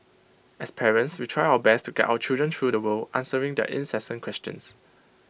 as parents we try our best to guide our children through the world answering their incessant questions